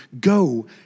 go